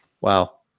wow